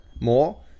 more